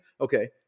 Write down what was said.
Okay